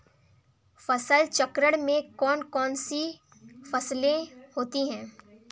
फसल चक्रण में कौन कौन सी फसलें होती हैं?